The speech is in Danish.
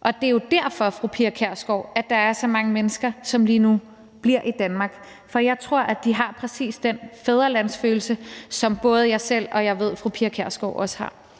og det er jo derfor, fru Pia Kjærsgaard, at der er så mange mennesker, som lige nu bliver i Danmark. For jeg tror, at de har præcis den fædrelandsfølelse, som både jeg selv har, og som jeg ved at fru Pia Kjærsgaard også har.